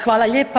Hvala lijepa.